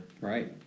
Right